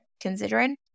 considering